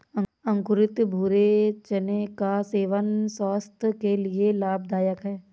अंकुरित भूरे चने का सेवन स्वास्थय के लिए लाभदायक है